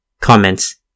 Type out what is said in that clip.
Comments